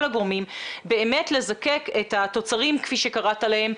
הגורמים באמת לזקק את התוצרים כפי שקראת להם,